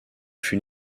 fut